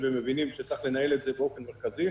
ומבינים שצריך לנהל את זה באופן מרכזי,